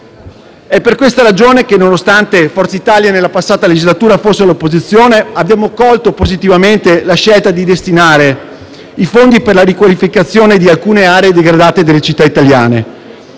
È per questa ragione che, nonostante Forza Italia, nella passata legislatura, fosse all'opposizione, abbiamo accolto positivamente la scelta di destinare i fondi per la riqualificazione di alcune aree degradate delle città italiane.